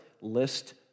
list